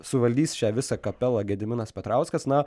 suvaldys šią visą kapelą gediminas petrauskas na